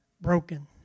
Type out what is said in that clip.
broken